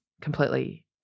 completely